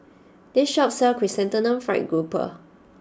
this shop sells Chrysanthemum Fried Grouper